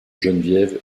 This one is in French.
geneviève